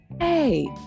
Hey